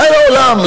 אולי לעולם,